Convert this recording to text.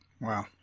Wow